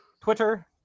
Twitter